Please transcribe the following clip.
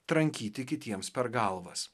trankyti kitiems per galvas